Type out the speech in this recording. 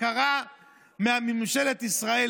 הכרה מממשלת ישראל,